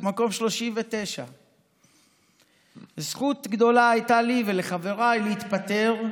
מקום 39. זכות גדולה הייתה לי ולחבריי להתפטר,